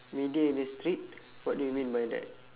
media industry what do you mean by that